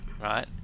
right